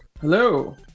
hello